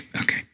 Okay